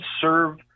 serve